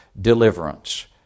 deliverance